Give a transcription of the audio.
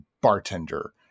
bartender